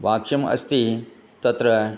वाक्यम् अस्ति तत्र